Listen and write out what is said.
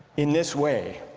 in this way,